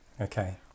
Okay